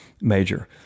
major